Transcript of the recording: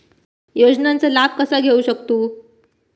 योजनांचा लाभ कसा घेऊ शकतू?